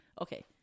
Okay